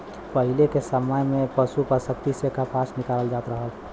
पहिले के समय में पसु शक्ति से कपास निकालल जात रहल